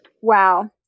Wow